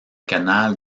canal